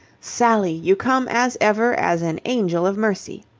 sally, you come, as ever, as an angel of mercy.